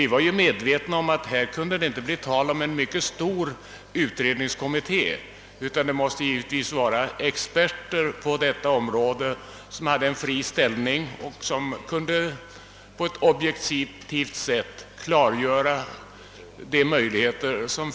Vi var nämligen medvetna om att det inte kunde sättas till en mycket stor utredningskommitté, utan att det måste bli en grupp experter på detta område, som hade en fri ställning och som på ett objektivt sätt kunde klargöra Uddevallavarvets möjligheter.